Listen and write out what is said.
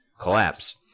collapse